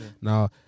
Now